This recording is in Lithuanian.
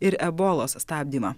ir ebolos stabdymą